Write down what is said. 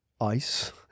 ice